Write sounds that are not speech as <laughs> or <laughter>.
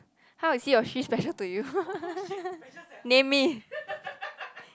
how is he or she special to you <laughs> name me